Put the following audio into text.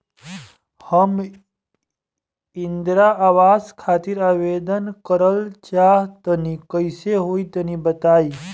हम इंद्रा आवास खातिर आवेदन करल चाह तनि कइसे होई तनि बताई?